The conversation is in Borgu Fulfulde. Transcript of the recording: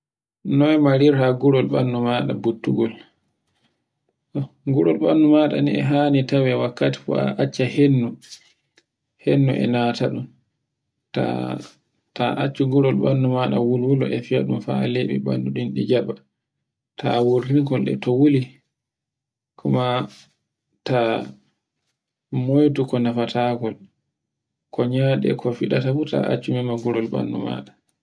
Noy marirto guror ɓandu maɗa buttugol. Gurol ɓandu maɗa ni e hani tawe wakkati fu a acca hendu, hendu e nata ɗun, ta ta accu gurol ɓandu maɗa wulwule e fiyaɗun fa leɓi ɓandu ndun e jaɓa, ta wurtingol e ko wuli, kuma ta moyto ko nefatagol ko nmyade ko fiɗɗata fu, ta accumima gurol ɓandu maɗa.